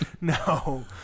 No